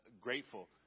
grateful